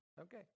Okay